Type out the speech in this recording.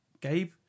Gabe